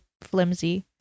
flimsy